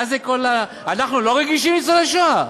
מה זה, אנחנו לא רגישים לניצולי השואה?